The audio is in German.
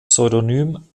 pseudonym